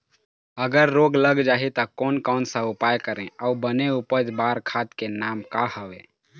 अगर रोग लग जाही ता कोन कौन सा उपाय करें अउ बने उपज बार खाद के नाम का हवे?